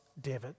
David